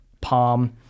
palm